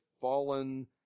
fallen